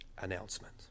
announcement